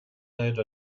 led